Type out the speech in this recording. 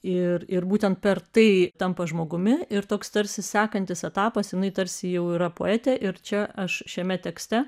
ir ir būtent per tai tampa žmogumi ir toks tarsi sekantis etapas jinai tarsi jau yra poetė ir čia aš šiame tekste